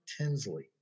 Tinsley